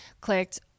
clicked